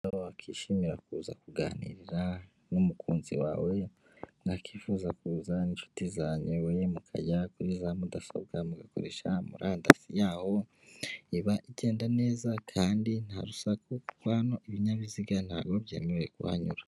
Aho wakwishimira kuza kuganirira n'umukunzi wawe mwakwifuza kuza n'inshuti zanyu mukajya kuri za mudasobwa mugakoresha murandasi yaho iba igenda neza kandi nta rusaku kuko hano ibinyabiziga ntabwo biba byemewe kuhanyura.